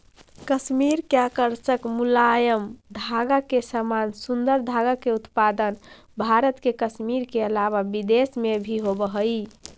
कश्मीर के आकर्षक मुलायम धागा के समान सुन्दर धागा के उत्पादन भारत के कश्मीर के अलावा विदेश में भी होवऽ हई